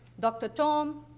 dr. tom,